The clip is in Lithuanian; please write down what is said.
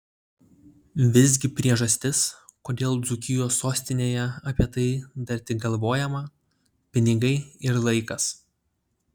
visgi priežastis kodėl dzūkijos sostinėje apie tai dar tik galvojama pinigai ir laikas